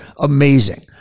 amazing